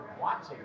watching